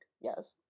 Yes